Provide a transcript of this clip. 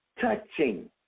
touching